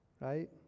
right